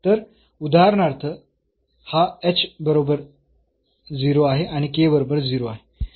तर उदाहरणार्थ हा h बरोबर 0 आहे आणि k बरोबर 0 आहे